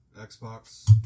Xbox